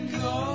go